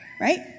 right